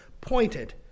pointed